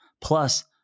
Plus